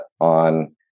on